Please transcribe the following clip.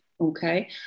Okay